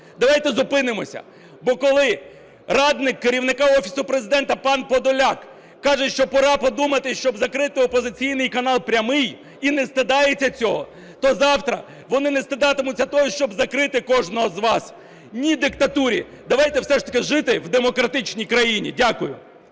Давайте зупинимося. Бо коли радник Керівника Офісу Президента пан Подоляк каже, що пора подумати, щоб закрити опозиційний канал "Прямий", і не стидається цього, то завтра вони не стидатимуться того, щоб закрити кожного з вас. Ні – диктатурі! Давайте все ж таки жити в демократичній країні! Дякую.